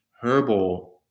herbal